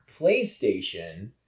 PlayStation